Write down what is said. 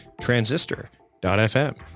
Transistor.fm